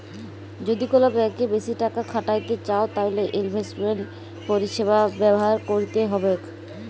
যদি কল ব্যাংকে বেশি টাকা খ্যাটাইতে চাউ তাইলে ইলভেস্টমেল্ট পরিছেবা ব্যাভার ক্যইরতে হ্যবেক